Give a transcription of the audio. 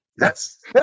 Yes